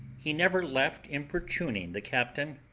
he never left importuning the captain,